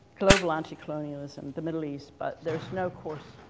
global anti-colonialism, the middle east, but there's no course,